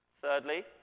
Thirdly